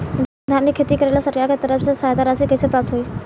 धान के खेती करेला सरकार के तरफ से सहायता राशि कइसे प्राप्त होइ?